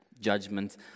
Judgment